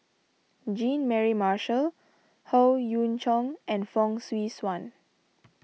Jean Mary Marshall Howe Yoon Chong and Fong Swee Suan